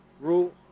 rule